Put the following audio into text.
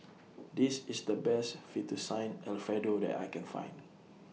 This IS The Best Fettuccine Alfredo that I Can Find